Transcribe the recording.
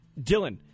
Dylan